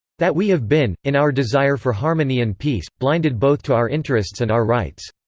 that we have been, in our desire for harmony and peace, blinded both to our interests and our rights.